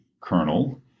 kernel